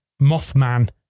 Mothman